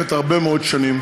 חבר הכנסת